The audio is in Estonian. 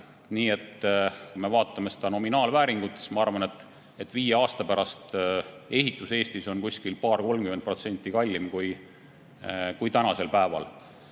Nii et kui me vaatame nominaalvääringut, siis ma arvan, et viie aasta pärast on ehitus Eestis paar-kolmkümmend protsenti kallim kui tänasel päeval.